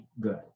good